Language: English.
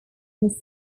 nasir